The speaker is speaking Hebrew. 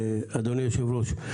אדוני היושב-ראש,